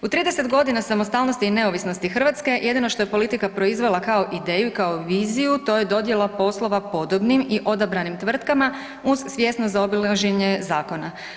U 30 g. samostalnosti i neovisnosti Hrvatske, jedino što je politika proizvela kao ideju i kao viziju, to je dodjela poslova podobnim i odabranim tvrtkama uz svjesno zaobilaženje zakona.